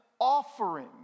offering